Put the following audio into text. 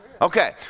Okay